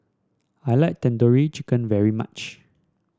I like Tandoori Chicken very much